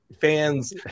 fans